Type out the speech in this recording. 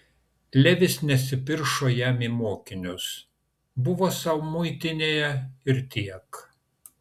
levis nesipiršo jam į mokinius buvo sau muitinėje ir tiek